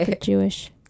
Jewish